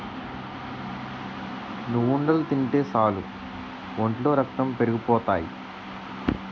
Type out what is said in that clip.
నువ్వుండలు తింటే సాలు ఒంట్లో రక్తం పెరిగిపోతాయి